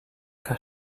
que